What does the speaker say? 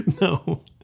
No